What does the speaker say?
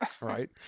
right